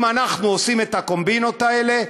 אם אנחנו עושים את הקומבינות האלה,